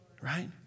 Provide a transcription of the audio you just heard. right